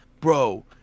bro